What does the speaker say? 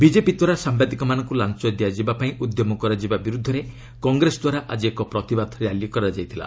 BJP ଦ୍ୱାରା ସାମ୍ବାଦିକମାନଙ୍କୁ ଲାଞ୍ଚ ଦିଆଯିବା ପାଇଁ ଉଦ୍ୟମ କରାଯିବା ବିରୁଦ୍ଧରେ କଂଗ୍ରେସ ଦ୍ୱାରା ଆଜି ଏକ ପ୍ରତିବାଦ ର୍ୟାଲି କରାଯାଇଥିଲା